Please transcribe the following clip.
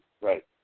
right